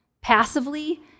passively